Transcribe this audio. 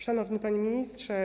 Szanowny Panie Ministrze!